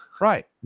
right